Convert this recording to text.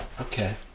Okay